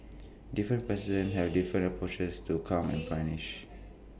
different presidents have different approaches to crime and punish